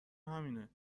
همینه